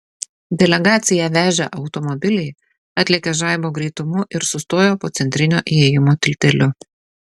delegaciją vežę automobiliai atlėkė žaibo greitumu ir sustojo po centrinio įėjimo tilteliu